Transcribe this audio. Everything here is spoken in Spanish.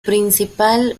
principal